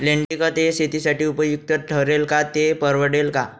लेंडीखत हे शेतीसाठी उपयुक्त ठरेल का, ते परवडेल का?